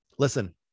Listen